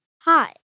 Hi